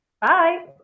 bye